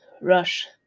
rush